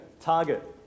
target